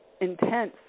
intense